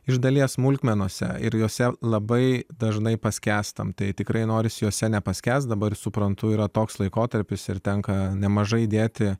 iš dalies smulkmenose ir jose labai dažnai paskęstam tai tikrai norisi jose nepaskęsti dabar suprantu yra toks laikotarpis ir tenka nemažai įdėti